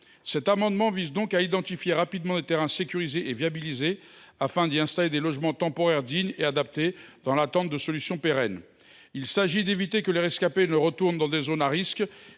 nouvellement créé identifie rapidement des terrains sécurisés et viabilisés, afin d’y installer des logements temporaires dignes et adaptés, dans l’attente de solutions pérennes. Il s’agit d’éviter que les rescapés ne retournent dans des zones à risque